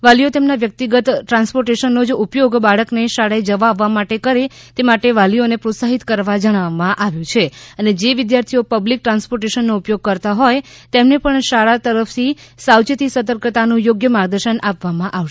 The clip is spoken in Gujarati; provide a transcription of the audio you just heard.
વાલીઓ તેમના વ્યકિતગત ટ્રાન્સપોર્ટેશનનો જ ઉપયોગ બાળકને શાળાએ જવા આવવા કરે તે માટે વાલીઓને પ્રોત્સાહિત કરવા જણાવવામાં આવ્યુ છે અને જે વિદ્યાર્થીઓ પબ્લીક ટ્રાન્સપોર્ટેશનનો ઉપયોગ કરતા હોય તેમને પણ શાળા તરફથી સાવચેતી સર્તકતાનુ યોગ્ય માર્ગદર્શન આપવામાં આવશે